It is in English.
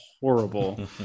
horrible